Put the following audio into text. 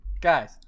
Guys